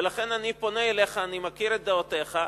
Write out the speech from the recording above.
ולכן אני פונה אליך, אני מכיר את דעותיך: